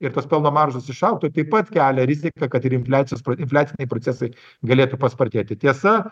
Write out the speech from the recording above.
ir tos pelno maržos išaugtų taip pat kelia riziką kad ir infliacijos infliaciniai procesai galėtų paspartėti tiesa